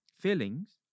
feelings